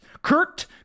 Kurt